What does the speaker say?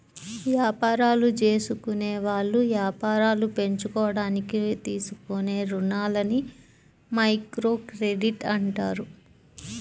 యాపారాలు జేసుకునేవాళ్ళు యాపారాలు పెంచుకోడానికి తీసుకునే రుణాలని మైక్రోక్రెడిట్ అంటారు